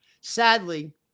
sadly